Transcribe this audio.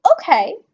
okay